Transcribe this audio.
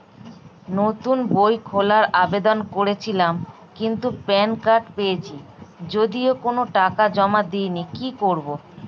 নতুন বই খোলার আবেদন করেছিলাম কিন্তু প্যান কার্ড পেয়েছি যদিও কোনো টাকা জমা দিইনি কি করব?